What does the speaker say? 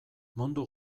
mundu